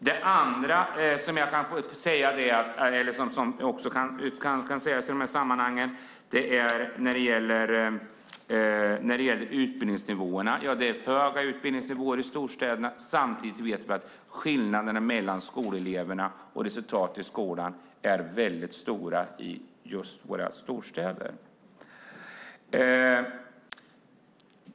Det andra som också kan sägas i dessa sammanhang gäller utbildningsnivåerna. Det är höga utbildningsnivåer i storstäderna. Samtidigt vet vi att skillnaden mellan skoleleverna och resultaten i skolan är stora i just våra storstäder.